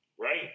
right